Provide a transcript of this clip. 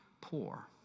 poor